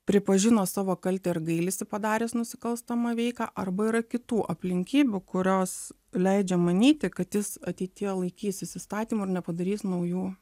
pripažino savo kaltę ir gailisi padaręs nusikalstamą veiką arba yra kitų aplinkybių kurios leidžia manyti kad jis ateityje laikysis įstatymų ir nepadarys naujų